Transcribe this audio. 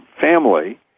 family